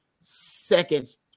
seconds